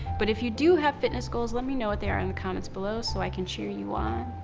but if you do have fitness goals, let me know what they are in the comments below so i can cheer you on.